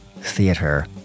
theatre